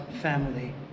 family